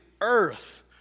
earth